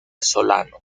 solano